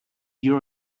you